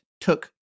took